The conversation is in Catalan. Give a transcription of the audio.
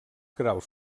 graus